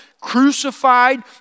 crucified